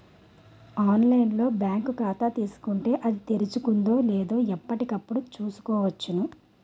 online లో bank ఖాతా తీసుకుంటే, అది తెరుచుకుందో లేదో ఎప్పటికప్పుడు చూసుకోవచ్చు